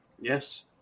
Yes